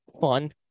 Fun